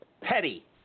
Petty